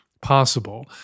possible